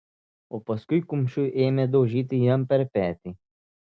o paskui kumščiu ėmė daužyti jam per petį